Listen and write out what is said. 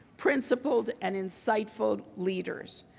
principled, and insightful leaders.